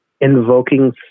invoking